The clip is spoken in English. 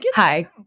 Hi